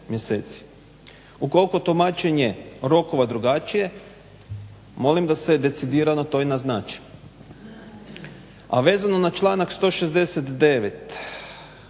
Ukoliko je tumačenje rokova drugačije molim da se decidirano to i naznači. A vezano na članak 169.